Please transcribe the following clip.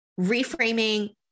reframing